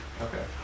Okay